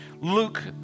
Luke